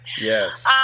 Yes